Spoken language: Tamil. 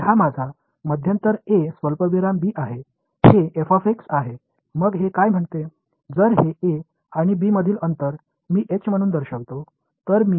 a மற்றும் b க்கு இடையிலான இந்த இடைவெளியை நான் h எனக் குறிக்கிறேன் என்றால் இதை இங்கே ஒரு ஒற்றை மதிப்பால் மாற்றுகிறேன்